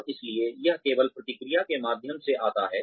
और इसलिए यह केवल प्रतिक्रिया के माध्यम से आता है